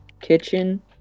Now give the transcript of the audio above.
kitchen